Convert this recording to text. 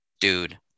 dude